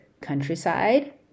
countryside